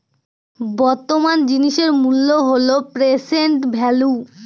বর্তমান জিনিসের মূল্য হল প্রেসেন্ট ভেল্যু